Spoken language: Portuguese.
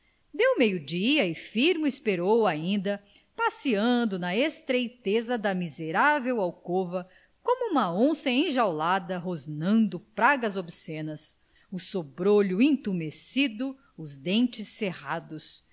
deu meio-dia e firmo esperou ainda passeando na estreiteza da miserável alcova como um onça enjaulada rosnando pragas obscenas o sobrolho intumescido os dentes cerrados